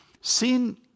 Sin